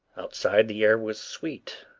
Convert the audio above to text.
outside the air was sweet,